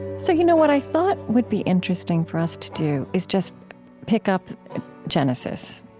so, you know what i thought would be interesting for us to do is just pick up genesis.